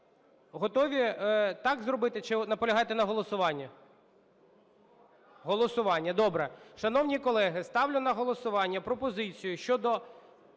Готові так зробити чи наполягаєте на голосуванні? Голосування. Добре. Шановні колеги, ставлю на голосування пропозицію щодо